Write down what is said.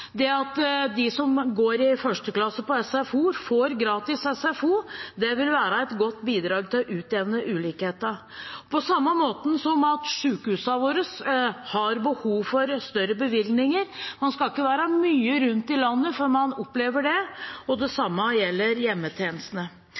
at de i 1. klasse som går på SFO, får gratis SFO, vil være et godt bidrag til å utjevne ulikhetene. På samme måte har sykehusene våre behov for større bevilgninger. Man skal ikke være mye rundt i landet før man opplever det. Det